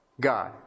God